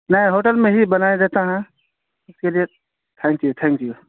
نہیں ہوٹل میں ہی بنایا جاتا ہیں اس کے لیے تھینک یو تھینک یو